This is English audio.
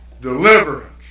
Deliverance